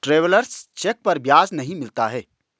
travellers cheque पर ब्याज नहीं मिलता है